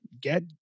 get